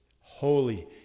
holy